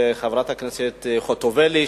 ואת חברת הכנסת חוטובלי,